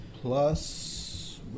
plus